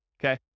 Okay